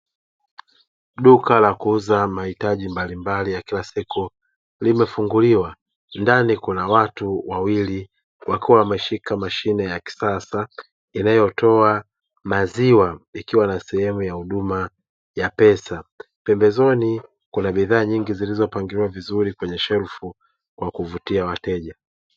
Duka la kuuza mahitaji mbalimbali ya kila siku limefunguliwa, ndani kuna watu wawili wakiwa wameshika mashine ya kisasa inayotoa maziwa ikiwa na sehemu ya huduma ya pesa. Pembezoni Kuna bidhaa nyingi zilizopangiliwa kwenye shelfu kwa kuvutia wateja.